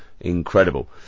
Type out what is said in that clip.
Incredible